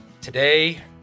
Today